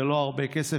זה לא הרבה כסף.